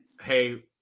hey